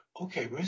okay